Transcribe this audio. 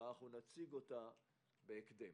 ונציגה בהקדם.